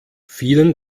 vielen